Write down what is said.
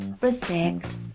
respect